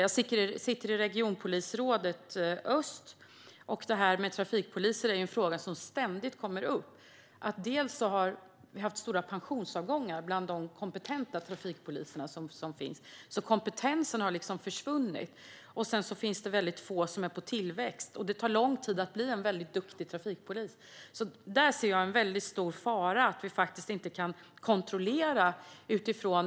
Jag sitter i Regionpolisråd öst, och frågan om trafikpoliser kommer ständigt upp. Bland annat har det varit stora pensionsavgångar bland de kompetenta trafikpoliser som finns. Kompetensen har försvunnit, det finns få på tillväxt och det tar lång tid att bli en duktig trafikpolis. Där ser jag en stor fara att det inte går att göra kontroller.